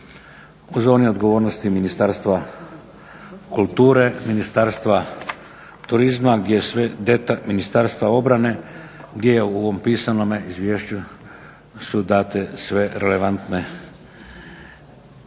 u zoni odgovornosti Ministarstva kulture, Ministarstva turizma, Ministarstva obrane gdje u ovome pisanom izvješću su date sve relevantni